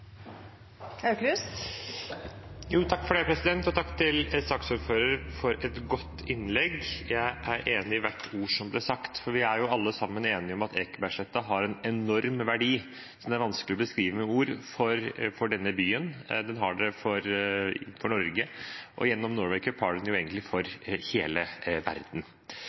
Takk til saksordføreren for et godt innlegg. Jeg er enig i hvert ord som ble sagt, for vi er alle sammen enige om at Ekebergsletta har en enorm verdi – som er vanskelig å beskrive med ord – for denne byen, for Norge og gjennom Norway Cup egentlig for hele verden.